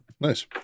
Nice